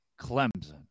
Clemson